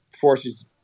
forces